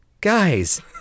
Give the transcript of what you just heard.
Guys